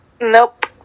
Nope